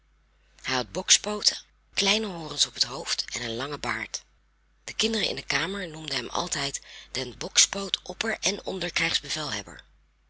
had bokspooten kleine horens op het hoofd en een langen baard de kinderen in de kamer noemden hem altijd den bokspoot opper en onder krijgsbevelhebber